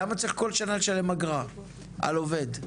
למה צריך בכל שנה לשלם אגרה על עובד?